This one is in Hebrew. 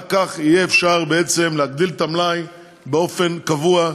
רק כך יהיה אפשר בעצם להגדיל את המלאי באופן קבוע,